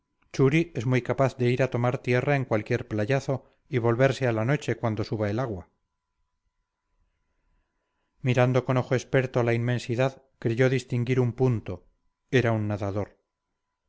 churi es muy capaz de ir a tomar tierra en cualquier playazo y volverse a la noche cuando suba el agua mirando con ojo experto a la inmensidad creyó distinguir un punto era un nadador